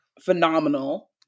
phenomenal